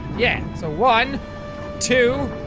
yeah! so. one two.